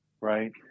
Right